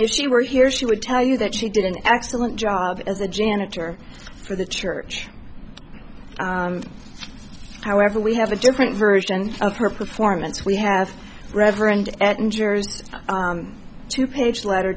if she were here she would tell you that she did an excellent job as a janitor for the church however we have a different version of her performance we have reverend injures two page letter